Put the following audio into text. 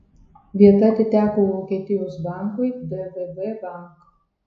vieta atiteko vokietijos bankui dvb bank